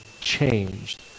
changed